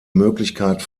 möglichkeit